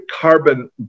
carbon